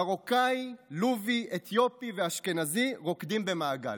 מרוקאי, לובי, אתיופי ואשכנזי רוקדים במעגל.